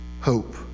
hope